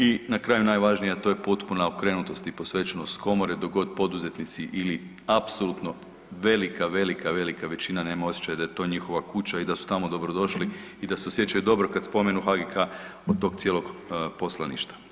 I na kraju najvažnije a to je potpuna okrenutost i posvećenost Komore dok god poduzetnici ili apsolutno velika, velika, velika većina nema osjećaj da je to njihova kuća i da su tamo dobro došli i da se osjećaju dobro kada spomenu HGK-a, a od tog cijelog posla ništa.